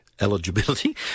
eligibility